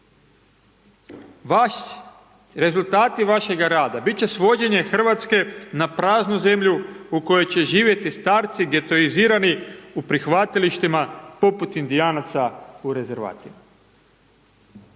rezultati vašega rada bit će svođenje Hrvatske na praznu zemlju u kojoj će živjeti starci getoizirani u prihvatilištima poput Indijanaca u rezervatima.